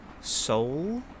soul